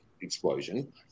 explosion